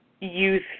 youth